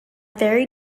very